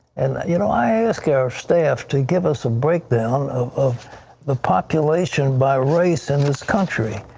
and you know i asked our staff to give us a breakdown of the population by race in this country.